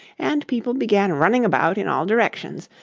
and people began running about in all directions,